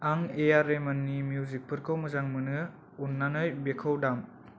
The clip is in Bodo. आं एआर रेहमाननि मिउजिकफोरखौ मोजां मोनो अन्नानै बेखौ दाम